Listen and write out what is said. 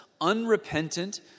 unrepentant